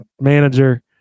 manager